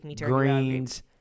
greens